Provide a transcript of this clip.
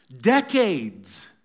decades